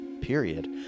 period